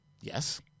Yes